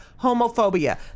homophobia